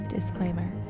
disclaimer